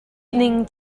ning